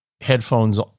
headphones